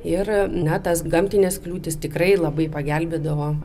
ir na tas gamtines kliūtis tikrai labai pagelbėdavo